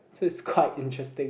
so it's quite interesting